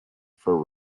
for